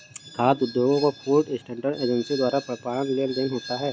खाद्य उद्योगों को फूड स्टैंडर्ड एजेंसी द्वारा प्रमाणन भी लेना होता है